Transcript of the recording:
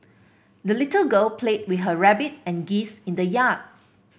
the little girl played with her rabbit and geese in the yard